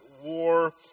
war